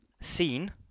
seen